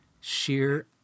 sheer